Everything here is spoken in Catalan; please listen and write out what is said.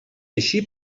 així